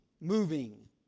moving